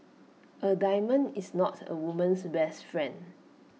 A diamond is not A woman's best friend